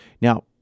Now